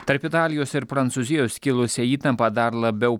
tarp italijos ir prancūzijos kilusią įtampą dar labiau